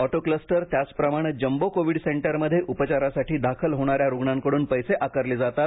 auto cluster त्याचप्रमाणं jumbo Covid सेंटरमध्ये उपचारासाठी दाखल होणाऱ्या रुग्णांकडून पैसे आकारले जातात